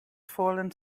fallen